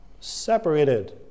separated